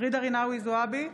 ג'ידא רינאוי זועבי,